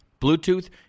bluetooth